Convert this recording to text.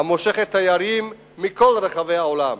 המושכת תיירים מכל רחבי העולם.